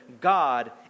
God